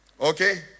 Okay